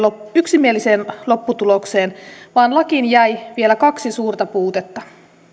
yksimieliseen lopputulokseen vaan lakiin jäi vielä kaksi suurta puutetta